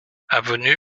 avenue